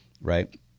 Right